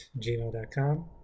gmail.com